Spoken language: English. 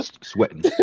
sweating